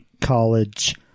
college